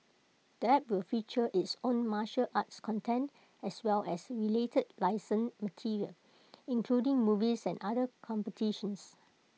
the app will feature its own martial arts content as well as related licensed material including movies and other competitions